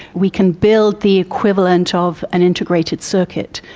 we can build the equivalent of an integrated circuit.